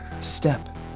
step